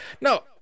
No